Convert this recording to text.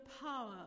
power